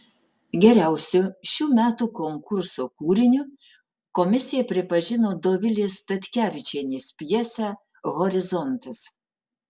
geriausiu šių metų konkurso kūriniu komisija pripažino dovilės statkevičienės pjesę horizontas